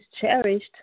cherished